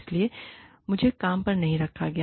इसलिए मुझे काम पर नहीं रखा गया